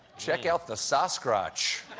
check out the sas-crotch.